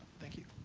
thank you.